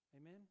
Amen